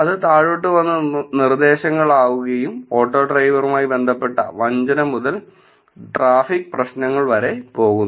അത് താഴോട്ടു വന്നു നിർദ്ദേശങ്ങൾ ആകുകയും ഓട്ടോ ഡ്രൈവറുമായി ബന്ധപ്പെട്ട വഞ്ചന മുതൽ ട്രാഫിക് പ്രശ്നങ്ങൾ വരെ പോകുന്നു